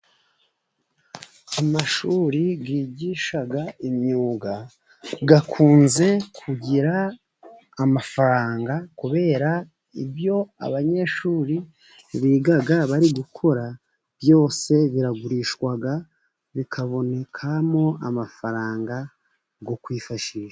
Amashuri yigisha imyuga akunze kugira amafaranga, kubera ko ibyo abanyeshuri bigaga bari gukora, byose biragurishwa bikabonekamo amafaranga yo kwifashisha.